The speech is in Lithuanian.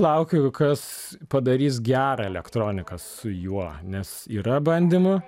laukiu kas padarys gerą elektroniką su juo nes yra bandymų